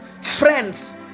friends